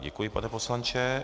Děkuji, pane poslanče.